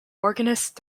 organist